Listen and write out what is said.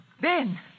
Ben